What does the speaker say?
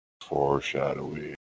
Foreshadowing